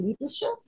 leadership